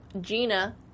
Gina